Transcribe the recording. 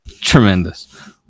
Tremendous